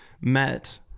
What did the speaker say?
met